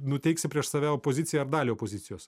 nuteiksi prieš save opoziciją ar dalį opozicijos